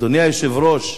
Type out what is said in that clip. אדוני היושב-ראש,